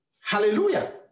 Hallelujah